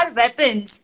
weapons